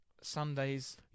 Sunday's